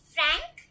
Frank